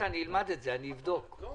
אני אבדוק אותו.